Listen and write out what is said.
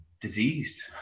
diseased